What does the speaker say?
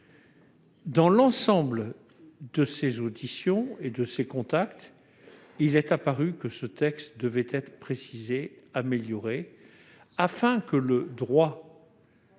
de l'ensemble de ces auditions et de ces contacts, il est apparu que ce texte devait être précisé et amélioré afin que le droit